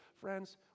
Friends